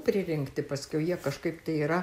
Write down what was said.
pririnkti paskiau jie kažkaip tai yra